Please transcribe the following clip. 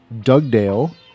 Dugdale